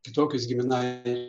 kitokius giminai